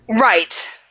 Right